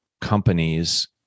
companies